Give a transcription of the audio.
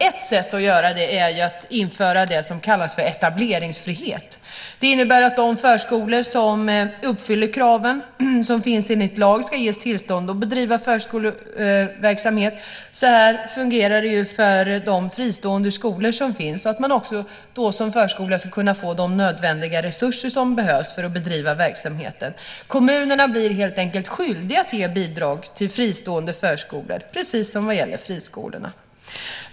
Ett sätt att göra det är att införa det som kallas för etableringsfrihet. Det innebär att de förskolor som uppfyller kraven som finns enligt lag ska ges tillstånd att bedriva förskoleverksamhet. Så fungerar det ju för de fristående skolorna. Också förskolorna ska kunna få de resurser som behövs för att bedriva verksamheten. Kommunerna blir helt enkelt skyldiga att ge bidrag till fristående förskolor, precis som vad gäller friskolorna.